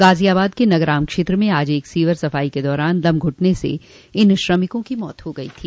गाजियाबाद के नगराम क्षेत्र में आज एक सीवर की सफाई के दौरान दम घुटने से इन श्रमिकों की मौत हो गई थी